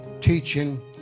teaching